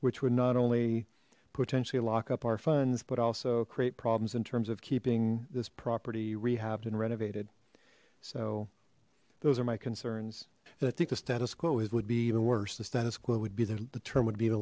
which would not only potentially lock up our funds but also create problems in terms of keeping this property rehabbed and renovated so those are my concerns and i think the status quo is would be even worse the status quo would be the term would be